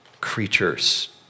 creatures